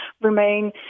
remain